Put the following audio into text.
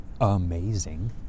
amazing